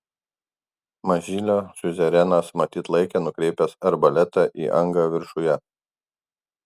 mažylio siuzerenas matyt laikė nukreipęs arbaletą į angą viršuje